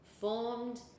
formed